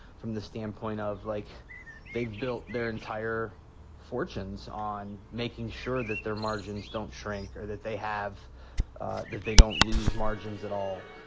from the standpoint of like they've built their entire fortunes on making sure that their margins don't shrink or that they have that they don't lose margins at all.